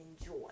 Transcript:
enjoy